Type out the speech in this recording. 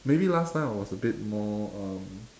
maybe last time I was a bit more um